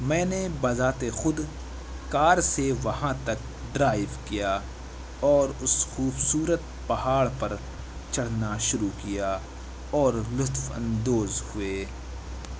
میں نے بذات خود کار سے وہاں تک ڈرائیو کیا اور اس خوبصورت پہاڑ پر چڑھنا شروع کیا اور لطف اندوز ہوئے